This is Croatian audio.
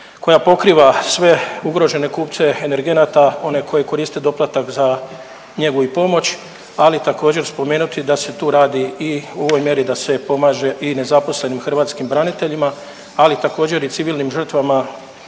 koja pokriva ste ugrožene kupce energenata one koji koriste doplatak za njegu i pomoć. Ali također spomenuti da se tu radi i o ovoj mjeri da se pomaže i nezaposlenim hrvatskim braniteljima, ali također i civilnim žrtvama